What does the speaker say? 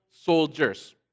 soldiers